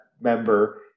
member